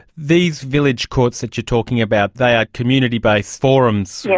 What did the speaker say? these village courts that you are talking about, they are community-based forums, yeah